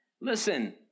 Listen